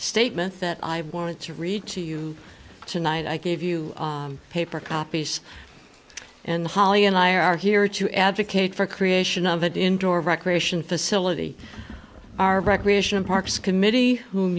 statement that i wanted to read to you tonight i gave you paper copies and holly and i are here to advocate for creation of an indoor recreation facility our recreation parks committee whom